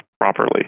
properly